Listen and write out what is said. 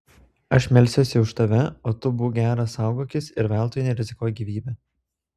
aš melsiuosi už tave o tu būk geras saugokis ir veltui nerizikuok gyvybe